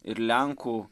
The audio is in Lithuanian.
ir lenkų